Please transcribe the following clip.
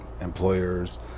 employers